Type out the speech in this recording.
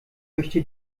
möchte